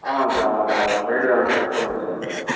ஆமாங்க சார் ஆமாங்க சார் நான் கைடு தாங்க சார் சொல்லுங்கள் சார் சொல்லுங்கள்